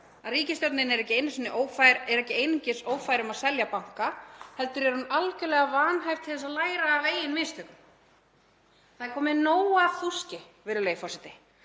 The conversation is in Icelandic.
að ríkisstjórnin er ekki einungis ófær um að selja banka heldur er hún algjörlega vanhæf til þess að læra af eigin mistökum. Það er komið nóg af fúski, virðulegi forseti.